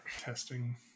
Testing